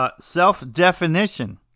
Self-definition